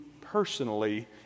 personally